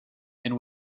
and